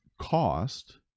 cost